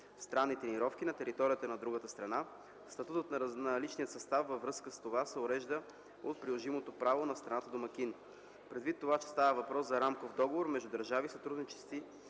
едностранни тренировки на територията на другата страна. Статусът на личния състав във връзка с това се урежда от приложимото право на страната домакин. Предвид това, че става въпрос за рамков договор между държави, сътрудничещи